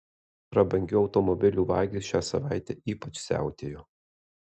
prabangių automobilių vagys šią savaitę ypač siautėjo